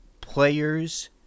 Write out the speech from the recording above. players